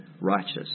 righteous